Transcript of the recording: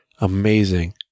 amazing